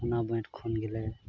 ᱚᱱᱟ ᱠᱷᱚᱱ ᱜᱮᱞᱮ